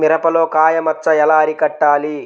మిరపలో కాయ మచ్చ ఎలా అరికట్టాలి?